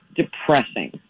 depressing